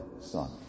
son